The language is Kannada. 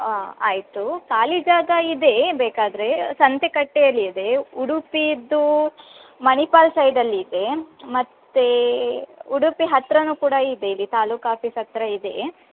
ಹಾಂ ಆಯಿತು ಖಾಲಿ ಜಾಗಯಿದೆ ಬೇಕಾದರೆ ಸಂತೆಕಟ್ಟೆಯಲ್ಲಿ ಇದೆ ಉಡುಪಿಯದ್ದು ಮಣಿಪಾಲ್ ಸೈಡಲ್ಲಿದೆ ಮತ್ತು ಉಡುಪಿ ಹತ್ರನು ಕೂಡ ಇದೆ ಇಲ್ಲಿ ತಾಲ್ಲೂಕು ಆಫೀಸ್ ಹತ್ತಿರ ಇದೆ